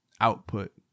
output